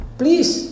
please